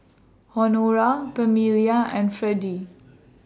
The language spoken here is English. Honora Pamelia and Fredy